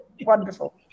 Wonderful